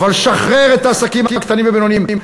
אבל, שחרר את העסקים הקטנים והבינוניים.